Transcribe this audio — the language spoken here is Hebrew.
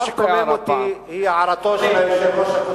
מה שמקומם אותי הוא הערתו של היושב-ראש הקודם,